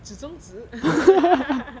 指中指